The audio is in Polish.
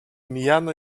mijano